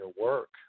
work